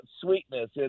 sweetness